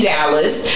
Dallas